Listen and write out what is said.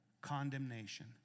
condemnation